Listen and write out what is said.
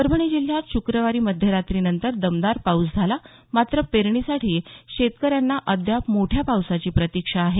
परभणी जिल्ह्यात शुक्रवारी मध्यरात्रीनंतर दमदार पाऊस झाला मात्र पेरणीसाठी शेतकऱ्यांना अद्याप मोठ्या पावसाची प्रतीक्षा आहे